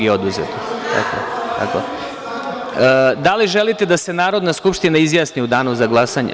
Da li želite da se Narodna skupština izjasni u danu za glasanje?